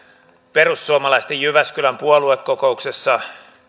perussuomalaisten jyväskylän puoluekokouksessa